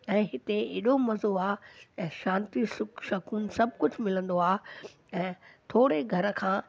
ऐं हिते एॾो मज़ो आहे ऐं शांती सुख सकून सभु कुझु मिलंदो आहे ऐं थोरे घर खां